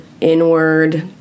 inward